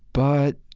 but